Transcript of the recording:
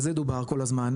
על זה דובר כל הזמן,